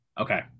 Okay